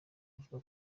avuga